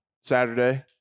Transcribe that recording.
Saturday